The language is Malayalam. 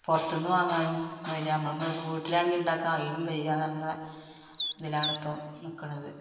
പുറത്തു നിന്ന് വാങ്ങാനും വയ്യാ നമ്മൾ വീട്ടിലാണെങ്കിൽ ഉണ്ടാക്കുക അതിനും വയ്യയെന്നു പറഞ്ഞ ഇതിലാണിപ്പം നിൽക്കണത്